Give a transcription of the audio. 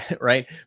right